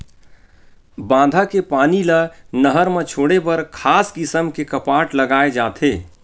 बांधा के पानी ल नहर म छोड़े बर खास किसम के कपाट लगाए जाथे